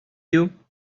you